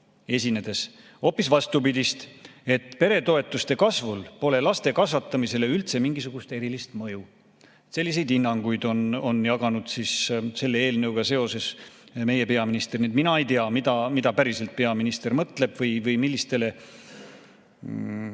esinedes hoopis vastupidist, et peretoetuste kasvul pole laste kasvatamisele üldse mingisugust erilist mõju. Selliseid hinnanguid on jaganud selle eelnõuga seoses meie peaminister, nii et mina ei tea, mida päriselt peaminister mõtleb või millistele